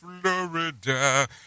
Florida